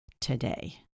today